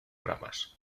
ramas